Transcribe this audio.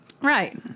Right